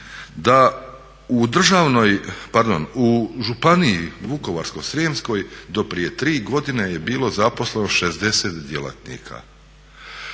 u županiji Vukovarsko-srijemskoj do prije tri godine je bilo zaposleno 60 djelatnika.